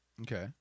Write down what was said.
Okay